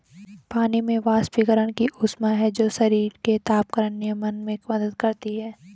पानी में वाष्पीकरण की ऊष्मा है जो शरीर के तापमान नियमन में मदद करती है